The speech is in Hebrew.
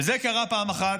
וזה קרה פעם אחת,